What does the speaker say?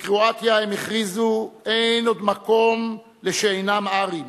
בקרואטיה הם הכריזו: אין עוד מקום לשאינם ארים,